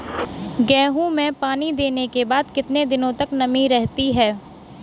गेहूँ में पानी देने के बाद कितने दिनो तक नमी रहती है?